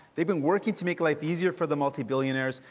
they've been working to make life easier for the multi-billionaires.